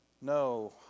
no